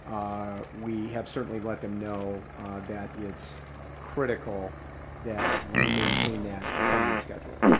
we have certainly let them know that it's critical that we maintain that funding schedule,